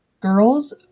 girls